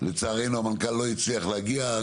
לצערנו המנכ"ל לא הצליח להגיע,